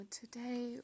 today